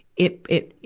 it, it,